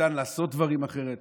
ניתן לעשות דברים אחרת,